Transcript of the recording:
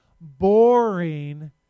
boring